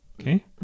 Okay